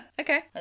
Okay